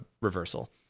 reversal